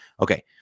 Okay